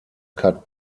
cut